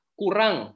kurang